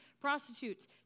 prostitutes